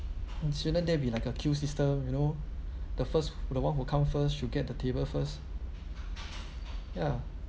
mm shouldn't there be like a queue system you know the first who the one who come first should get the table first ya